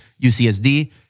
UCSD